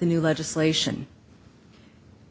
the new legislation